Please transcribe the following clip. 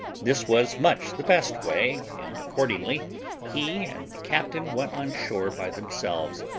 this was much the best way, and accordingly he and the captain went on shore by themselves,